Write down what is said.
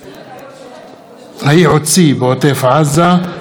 הייעוצי בעוטף עזה אינם מקבלים שכר.